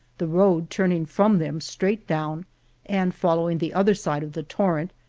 the road turning from them straight down and follow ing the other side of the torrent,